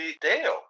Dale